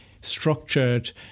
structured